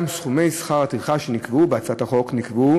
גם סכומי שכר הטרחה שנקבעו בהצעת החוק נקבעו